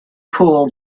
cool